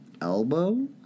Elbow